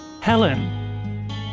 helen